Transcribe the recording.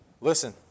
listen